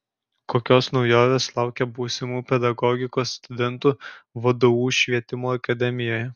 kokios naujovės laukia būsimų pedagogikos studentų vdu švietimo akademijoje